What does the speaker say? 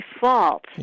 fault